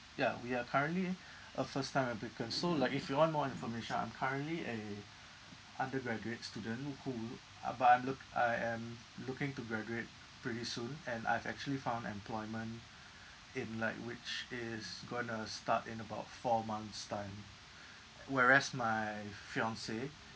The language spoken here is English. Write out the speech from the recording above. ya we are currently a first time applicant so like if you want more information I'm currently a undergraduate student who uh but I'm look I am looking to graduate pretty soon and I've actually found employment in like which is going to start in about four months' time whereas my fiancee